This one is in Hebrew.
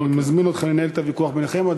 אני מזמין אתכם לנהל את הוויכוח ביניכם.